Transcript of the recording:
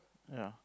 ya